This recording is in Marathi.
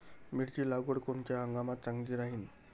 मिरची लागवड कोनच्या हंगामात चांगली राहीन?